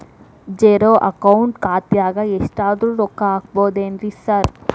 Zero account ಖಾತ್ಯಾಗ ಎಷ್ಟಾದ್ರೂ ರೊಕ್ಕ ಹಾಕ್ಬೋದೇನ್ರಿ ಸಾರ್?